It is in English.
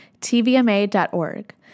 tvma.org